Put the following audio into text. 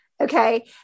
Okay